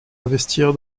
investir